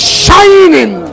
shining